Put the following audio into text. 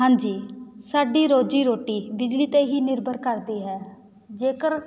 ਹਾਂਜੀ ਸਾਡੀ ਰੋਜ਼ੀ ਰੋਟੀ ਬਿਜਲੀ 'ਤੇ ਹੀ ਨਿਰਭਰ ਕਰਦੀ ਹੈ ਜੇਕਰ